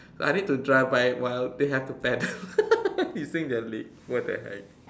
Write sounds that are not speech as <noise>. so I need to drive by while they have to paddle <laughs> using their leg what the heck